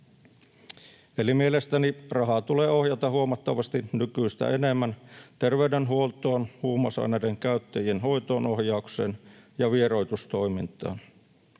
Eli mielestäni rahaa tulee ohjata huomattavasti nykyistä enemmän terveydenhuoltoon, huumausaineiden käyttäjien hoitoonohjaukseen ja vieroitustoimintaan.